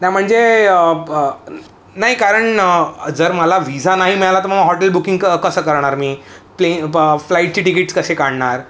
ना म्हणजे नाई कारण जर मला व्हिजा नाही मिळाला तर मग हॉटेल बुकिंग कसं करणार मी प्ले फ्लाईटची टिकीट्स कशे काढणार